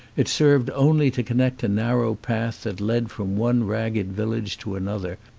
it served only to connect a narrow path that led from one ragged village to another.